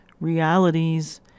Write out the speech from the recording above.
realities